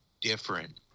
different